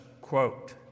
quote